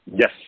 Yes